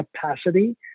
capacity